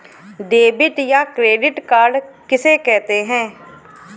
Debit या credit card किसे कहते हैं?